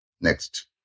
Next